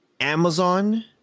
Amazon